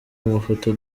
amafoto